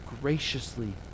graciously